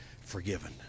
forgiven